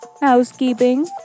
housekeeping